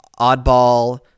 Oddball